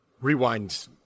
Rewind